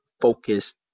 focused